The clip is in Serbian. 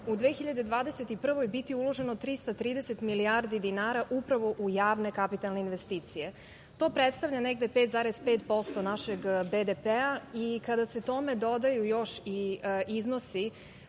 godini biti uloženo 330 milijardi dinara upravo u javne kapitalne investicije. To predstavlja negde 5,5% našeg BDP i kada se tome dodaju još i iznosi